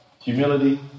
Humility